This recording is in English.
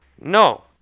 No